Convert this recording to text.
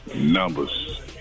Numbers